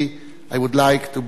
I would like to bless you: